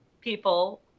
people